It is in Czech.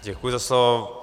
Děkuji za slovo.